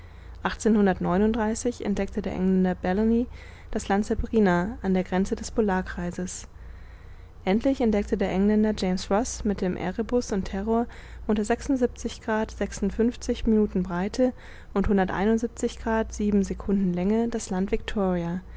entdeckte der engländer balleny das land sabrina an der grenze des polarkreises endlich entdeckte der engländer james roß mit dem erebus und terror und der grad breite und sieben sekunden länge das land